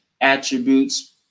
attributes